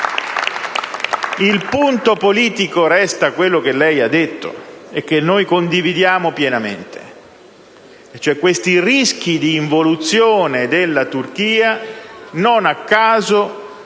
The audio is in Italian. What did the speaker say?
Il punto politico resta quello che lei ha detto e che noi condividiamo pienamente, cioè che questi rischi di involuzione della Turchia non a caso si